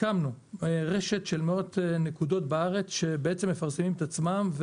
הקמנו רשת של מאות נקודות בארץ שבעצם מפרסמים את עצמם,